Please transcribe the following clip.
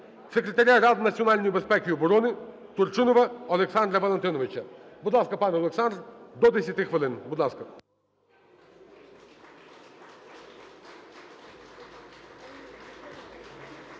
Секретаря Ради національної безпеки і оброни Турчинова Олександра Валентиновича. Будь ласка, пане Олександр, до 10 хвилин. Будь ласка.